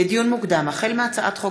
לדיון מוקדם, החל מהצעת חוק